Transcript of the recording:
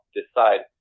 decide